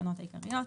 התקנות העיקריות),